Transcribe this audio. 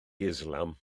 islam